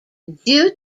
due